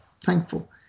thankful